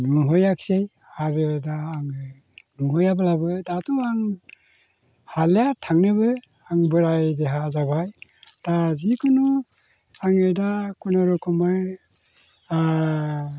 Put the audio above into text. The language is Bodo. नुहैयासै आरो दा आङो नुहैयाब्लाबो दाथ' आं हाले थांनोबो आं बोराइ देहा जाबाय दा जिखुनु आङो दा खुनुरुखुमै